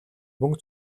мөнгө